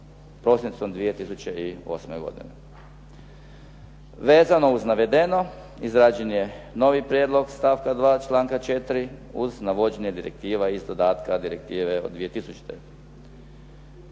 prosincu 2008. godine. Vezano uz navedeno, izrađen je novi prijedlog stavka 2. članka 4. uz navođenje direktiva iz dodatka direktive od 2000. S